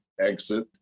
Exit